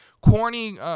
Corny